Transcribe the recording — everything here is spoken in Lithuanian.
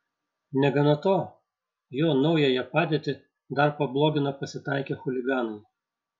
negana to jo naująją padėtį dar pablogina pasitaikę chuliganai